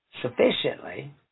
sufficiently